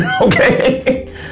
okay